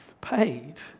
paid